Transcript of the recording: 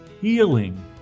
healing